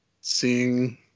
seeing